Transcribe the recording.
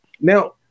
now